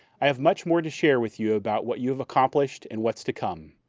i have much more to share with you about what you've accomplished and what's to come.